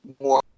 more